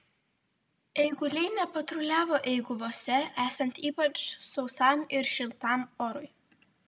eiguliai nepatruliavo eiguvose esant ypač sausam ir šiltam orui